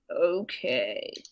Okay